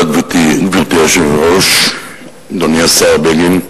גברתי היושבת-ראש, אדוני השר בגין,